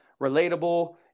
relatable